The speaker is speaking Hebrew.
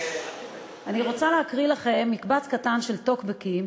אני רוצה להקריא לכם מקבץ קטן של טוקבקים,